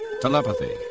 telepathy